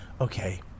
okay